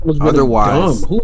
Otherwise